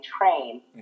train